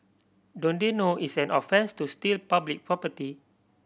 don't they know it's an offence to steal public property